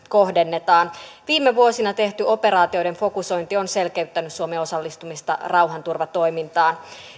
kohdennetaan viime vuosina tehty operaatioiden fokusointi on selkeyttänyt suomen osallistumista rauhanturvatoimintaan